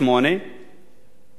ואני,